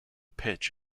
pitch